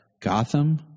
Gotham